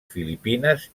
filipines